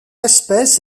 espèce